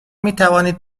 میتوانید